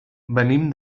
venim